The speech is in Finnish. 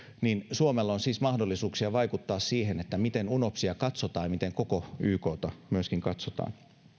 suomella on siis mahdollisuuksia vaikuttaa siihen miten unopsia katsotaan ja miten ykta myöskin katsotaan